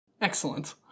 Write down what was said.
excellent